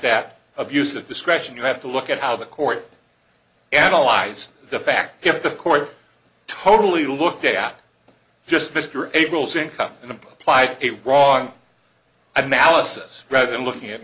that abuse of discretion you have to look at how the court analyze the fact if the court totally looked at just mr abels income and apply a wrong i'm alice's rather than looking at